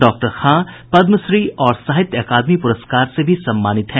doctor Khan Padmashri और साहित्य अकादमी प्रस्कार से भी सम्मानित हैं